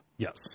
Yes